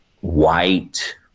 white